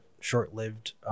short-lived